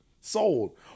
sold